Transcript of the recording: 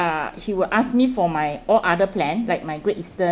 uh he will ask me for my all other plan like my great eastern